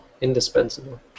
indispensable